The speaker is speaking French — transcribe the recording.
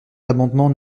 l’amendement